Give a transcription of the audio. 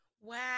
Wow